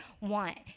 want